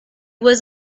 was